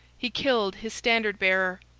he killed his standard-bearer,